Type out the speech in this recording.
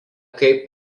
kaip